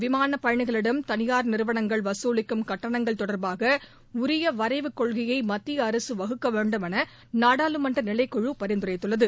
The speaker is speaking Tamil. விமானப் பயணிகளிடம் தனியார் நிறுவனங்கள் வசூலிக்கும் கட்டணங்கள் தொடர்பாக உரிய வரைவு கொள்கையை மத்திய அரசு வகுக்க வேண்டும் என நாடாளுமன்ற நிலைக்குழு பரிந்துரைத்துள்ளது